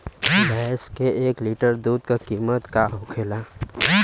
भैंस के एक लीटर दूध का कीमत का होखेला?